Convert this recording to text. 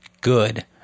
good